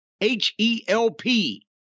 H-E-L-P